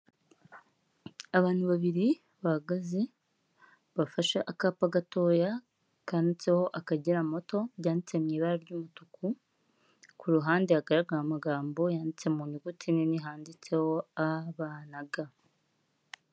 Abantu babiri bahagaze, bafashe akapa gatoya kanditseho Akagera moto, byanditse mu ibara ry'umutuku, ku ruhande hagaragara amagambo yanditse mu nyuguti nini handitseho ABG.